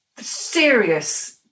serious